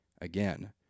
again